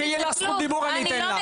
כשתהיה לך זכות דיבור, אני אתן לך.